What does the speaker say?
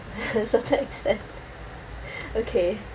certain extent okay